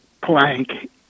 plank